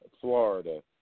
Florida